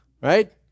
right